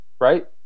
Right